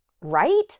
right